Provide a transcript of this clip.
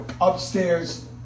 upstairs